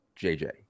JJ